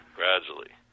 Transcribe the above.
gradually